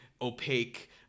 opaque